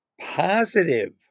positive